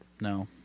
No